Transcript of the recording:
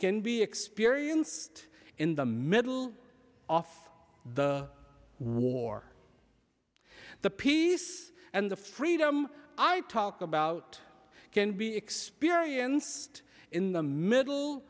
can be experienced in the middle off the war the peace and the freedom i talk about can be experienced in the middle